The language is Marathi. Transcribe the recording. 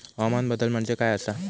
हवामान बदल म्हणजे काय आसा?